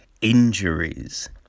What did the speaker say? injuries